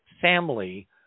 family